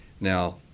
Now